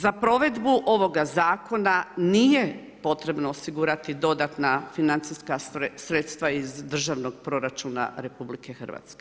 Za provedbu ovoga zakona nije potrebno osigurati dodatna financijska sredstva iz Državnog proračuna RH.